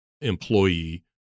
employee